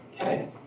Okay